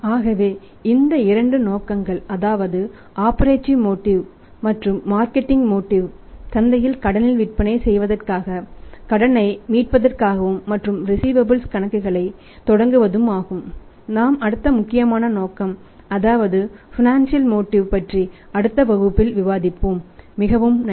ஆகவே இந்த இரண்டு நோக்கங்கள் அதாவது ஆபரேடிவ் மோட்டிவ் பற்றி அடுத்த வகுப்பில் விவாதிப்போம் மிகவும் நன்றி